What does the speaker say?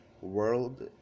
world